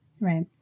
right